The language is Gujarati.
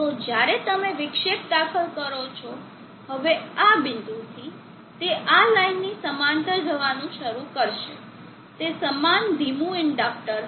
તો જ્યારે તમે વિક્ષેપ દાખલ કરો છો હવે આ બિંદુથી તે આ લાઇનની સમાંતર જવાનું શરૂ કરશે તે સમાન ધીમું ઇન્ડક્ટર હશે